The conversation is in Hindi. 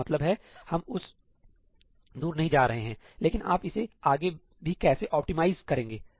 मेरा मतलब है हम उस दूर नहीं जा रहे हैं लेकिन आप इसे आगे भी कैसे ऑप्टिमाइज करेंगे